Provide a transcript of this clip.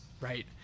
right